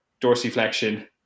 dorsiflexion